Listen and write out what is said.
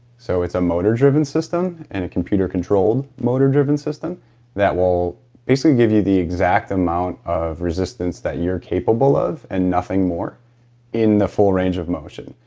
so it's a motor driven system and a computer controlled motor driven system that will basically give you the exact amount of resistance that you're capable of and nothing more in the full range of motion